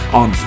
on